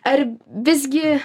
ar visgi